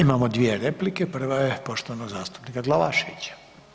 Imamo dvije replike, prva je poštovanog zastupnika Glavaševića.